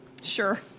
sure